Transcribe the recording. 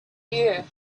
you